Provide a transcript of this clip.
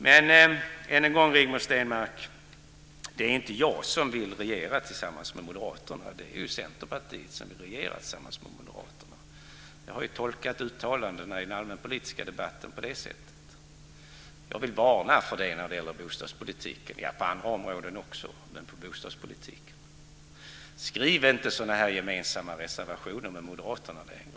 Men än en gång, Rigmor Stenmark, det är inte jag som vill regera tillsammans med Moderaterna. Det är Centerpartiet som vill regera tillsammans med Moderaterna. Jag har tolkat uttalandena i den allmänpolitiska debatten på det sättet. Jag vill varna för det när det gäller bostadspolitiken, och även på andra områden. Skriv inte sådana här gemensamma reservationer med Moderaterna längre!